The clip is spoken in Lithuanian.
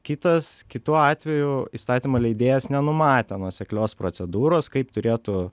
kitas kitu atveju įstatymų leidėjas nenumatė nuoseklios procedūros kaip turėtų